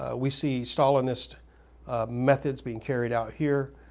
ah we see stalinist methods being carried out here.